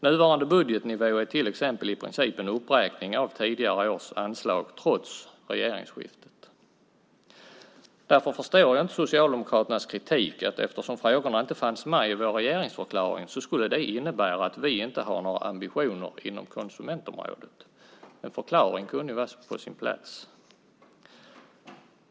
Nuvarande budgetnivå är till exempel i princip en uppräkning av tidigare års anslag trots regeringsskiftet. Därför förstår jag inte Socialdemokraternas kritik att eftersom frågorna inte fanns med i vår regeringsförklaring skulle det innebära att vi inte har några ambitioner inom konsumentområdet. En förklaring kunde vara på sin plats.